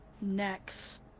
next